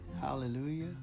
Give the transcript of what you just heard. Hallelujah